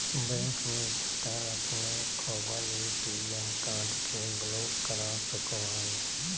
bank में जाकर अपने खोवल ए.टी.एम कार्ड के ब्लॉक करा सको हइ